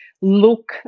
look